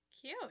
Cute